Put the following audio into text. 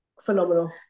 phenomenal